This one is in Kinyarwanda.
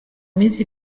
minsi